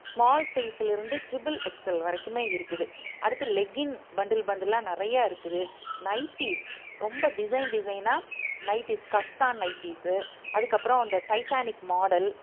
small சைஸ்லருந்து triple XL வரைக்குமே இருக்குது அடுத்து லெகின் பண்டில் பண்டிலாக நிறையா இருக்குது நைட்டிஸ் ரொம்ப டிசைன் டிசைனாக நைட்டிஸ் கஃப்தான் நைட்டீஸு அதுக்கப்புறம் அந்த டைட்டானிக் மாடல்